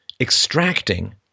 extracting